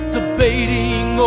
Debating